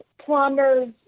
plumbers